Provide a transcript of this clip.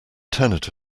tenet